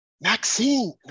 Maxine